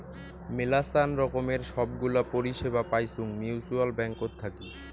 মেলাচান রকমের সব গুলা পরিষেবা পাইচুঙ মিউচ্যুয়াল ব্যাঙ্কত থাকি